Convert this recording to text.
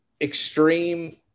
extreme